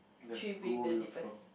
three being the deepest